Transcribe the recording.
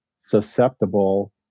susceptible